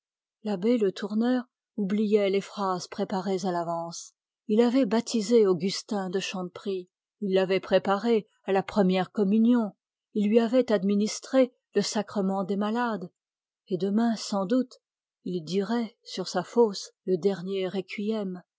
l'abbé le tourneur oubliait les phrases préparées à l'avance il avait baptisé augustin de chanteprie il l'avait préparé à la première communion il lui avait administré le sacrement des malades et demain sans doute il dirait sur sa fosse le dernier